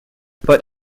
but